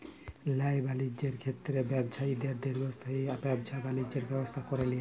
ল্যায় বালিজ্যের ক্ষেত্রে ব্যবছায়ীদের দীর্ঘস্থায়ী ব্যাবছা বালিজ্যের ব্যবস্থা ক্যরে লিয়া